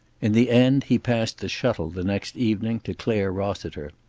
in the end he passed the shuttle the next evening to clare rossiter.